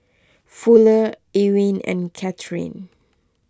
Fuller Ewin and Cathrine